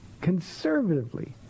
conservatively